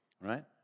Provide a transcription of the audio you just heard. right